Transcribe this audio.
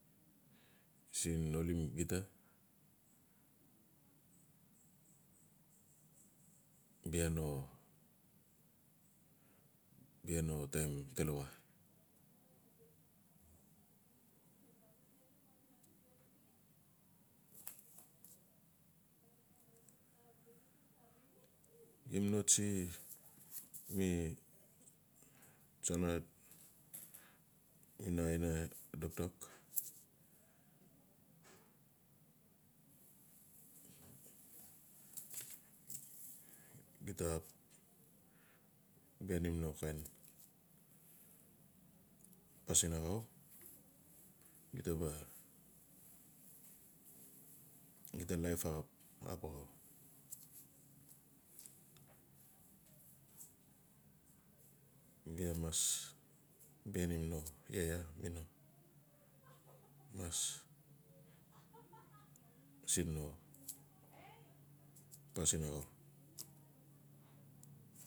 Siin gita bia no dan talawa gem no tsi mi no tsana mi no aina dokdok gita bia em no kain pasin axau. Gita ba laip ba axau gida mas bianim no laa laa mi no mas siin no pass axu.